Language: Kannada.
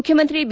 ಮುಖ್ಯಮಂತ್ರಿ ಬಿ